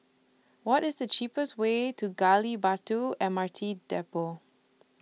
What IS The cheapest Way to Gali Batu M R T Depot